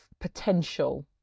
potential